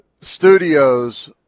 studios